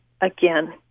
again